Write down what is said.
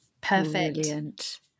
Perfect